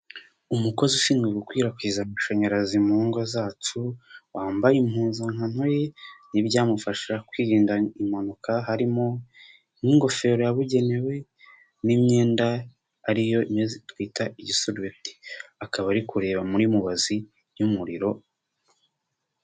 Umukozi ushinzwe gukwirakwiza amashanyarazi mu ngo zacu, wambaye impuzankanori n'ibyamufasha kwirinda impanuka, harimo n'ingofero yabugenewe n'imyenda ariyo twita igisobeti, akaba ari kureba muri mubazi y'umuriro.